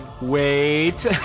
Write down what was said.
wait